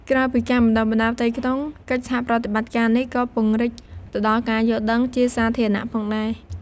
ក្រៅពីការបណ្តុះបណ្តាលផ្ទៃក្នុង កិច្ចសហប្រតិបត្តិការនេះក៏ពង្រីកទៅដល់ការយល់ដឹងជាសាធារណៈផងដែរ។